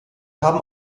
haben